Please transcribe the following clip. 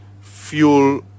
fuel